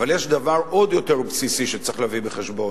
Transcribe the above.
אבל יש דבר עוד יותר בסיסי שצריך להביא בחשבון,